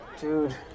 Dude